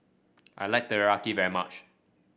I like Teriyaki very much